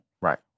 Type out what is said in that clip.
Right